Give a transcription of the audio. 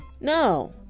No